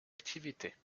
activité